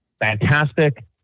Fantastic